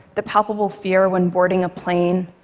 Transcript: the palpable fear when boarding a plane,